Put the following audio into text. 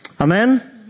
Amen